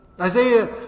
Isaiah